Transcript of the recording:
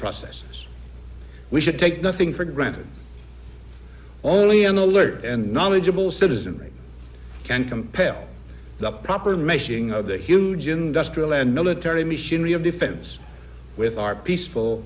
process we should take nothing for granted only an alert and knowledgeable citizenry can compel the proper making of the huge industrial and military machinery of deepens with our peaceful